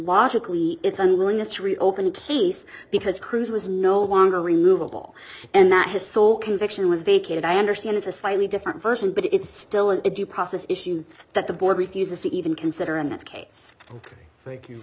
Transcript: logically its unwillingness to reopen the case because cruz was no longer removable and that his so conviction was vacated i understand it's a slightly different version but it's still an ado process issue that the board refuses to even consider and that's kate's thank you